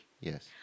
Yes